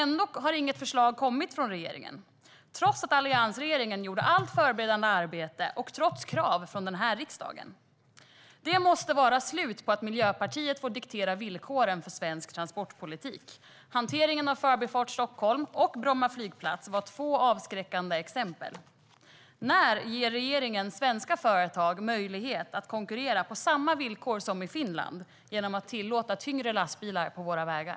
Men inget förslag har kommit från regeringen, trots att alliansregeringen gjorde allt förberedande arbete och trots krav från riksdagen. Det måste vara slut på att Miljöpartiet får diktera villkoren för svensk transportpolitik. Hanteringen av Förbifart Stockholm och Bromma flygplats är två avskräckande exempel. När ger regeringen svenska företag möjlighet att konkurrera på samma villkor som i Finland genom att tillåta tyngre lastbilar på våra vägar?